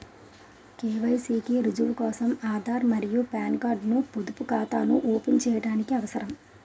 KYC కి రుజువు కోసం ఆధార్ మరియు పాన్ కార్డ్ ను పొదుపు ఖాతాను ఓపెన్ చేయడానికి అవసరం